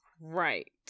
Right